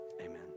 Amen